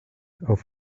auf